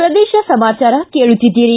ಪ್ರದೇಶ ಸಮಾಚಾರ ಕೇಳುತ್ತಿದ್ದೀರಿ